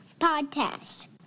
Podcast